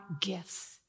gifts